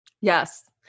Yes